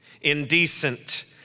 indecent